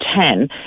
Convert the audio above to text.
ten